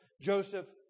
Joseph